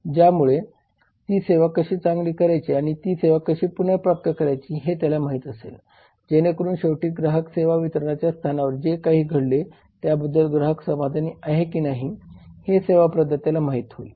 ज्यामुळे ती सेवा कशी चांगली करायची आणि ती सेवा कशी पुनर्प्राप्त करायची हे त्याला माहित असेल जेणेकरून शेवटी ग्राहक सेवा वितरणाच्या स्थानावर जे काही घडले त्याबद्दल ग्राहक समाधानी आहे की नाही हे सेवा प्रदात्याला माहित होईल